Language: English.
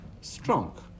strong